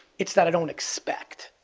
it's that i don't expect.